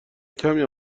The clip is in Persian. کمی